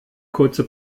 kurze